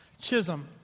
Chisholm